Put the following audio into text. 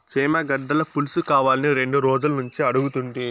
చేమగడ్డల పులుసుకావాలని రెండు రోజులనుంచి అడుగుతుంటి